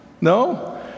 no